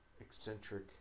eccentric